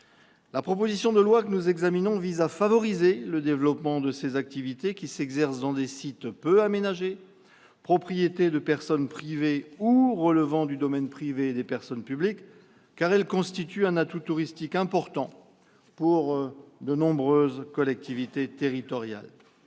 La proposition de loi que nous examinons vise à favoriser le développement de ces activités qui s'exercent dans des sites peu aménagés, propriétés de personnes privées ou relevant du domaine privé des personnes publiques, car elles constituent un atout touristique important pour de nombreuses collectivités territoriales.